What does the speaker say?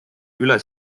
üle